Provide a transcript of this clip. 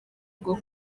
bwo